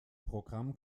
programm